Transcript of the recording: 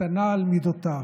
קטנה על מידותיו.